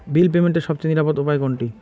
বিল পেমেন্টের সবচেয়ে নিরাপদ উপায় কোনটি?